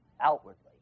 outwardly